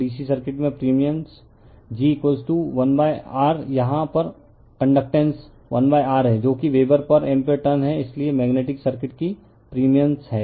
और DC circuit में permeance g 1 R यहां पर कंडकटेन्स 1R है जो कि वेबर पर एम्पीयर टर्न है इसलिए मेग्नेटिक सर्किट की प्रिमिएंस हैं